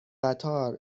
قطار